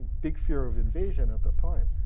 big fear of invasion at the time.